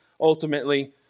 ultimately